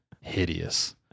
hideous